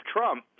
Trump